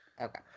Okay